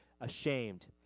ashamed